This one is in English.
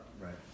Right